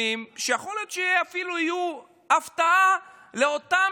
נתונים שיכול להיות שיהיו אפילו הפתעה לאותם